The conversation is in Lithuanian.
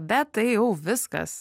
bet tai jau viskas